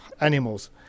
animals